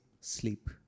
Sleep